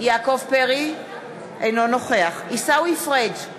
יסייע להן, והוא הטיל על הביטוח